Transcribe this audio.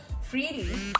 freely